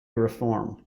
reform